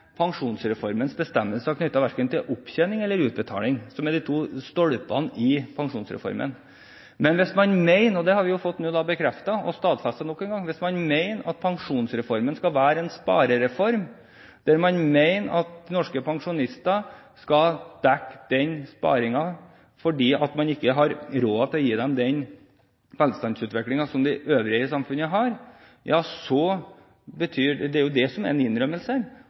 til opptjening eller utbetaling, som er de to stolpene i pensjonsreformen. Men hvis man mener – og det har vi nå fått bekreftet og stadfestet nok en gang – at pensjonsreformen skal være en sparereform, der man mener at norske pensjonister skal dekke den sparingen fordi man ikke har råd til å gi dem den velstandsutviklingen som de øvrige i samfunnet har, ja, så er det en innrømmelse av at man mener at det er en sparereform. Her innrømmer man at pensjonsreformen er en